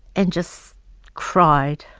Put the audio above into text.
and just cried.